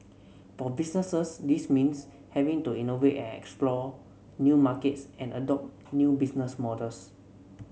for businesses this means having to innovate and explore new markets and adopt new business models